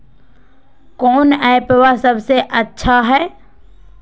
कौन एप्पबा सबसे अच्छा हय?